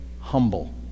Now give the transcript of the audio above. humble